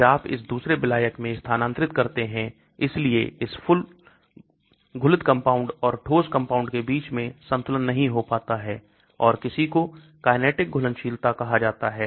फिर आप इसे दूसरे विलायक में स्थानांतरित करते हैं इसलिए इस फुल घुलित कंपाउंड और ठोस कंपाउंड के बीच में संतुलन नहीं हो पाता है और किसी को kinetic घुलनशीलता कहा जाता है